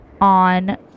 on